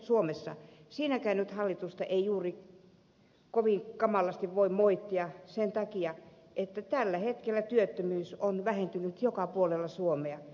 no siinäkään nyt ei hallitusta juuri kovin kamalasti voi moittia sen takia että tällä hetkellä työttömyys on vähentynyt joka puolella suomea